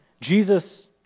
Jesus